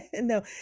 no